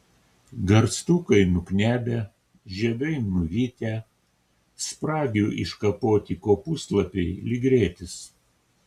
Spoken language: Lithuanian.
garstukai nuknebę žiedai nuvytę spragių iškapoti kopūstlapiai lyg rėtis